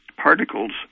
particles